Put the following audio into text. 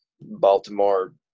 Baltimore